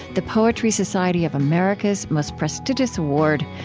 the poetry society of america's most prestigious award,